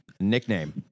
Nickname